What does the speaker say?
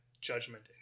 judgment